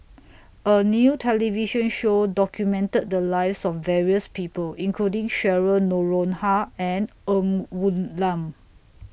A New television Show documented The Lives of various People including Cheryl Noronha and Ng Woon Lam